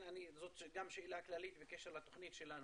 זאת גם שאלה כללית בקשר לתוכנית שלנו,